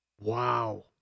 Wow